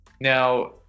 Now